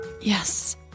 Yes